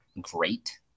great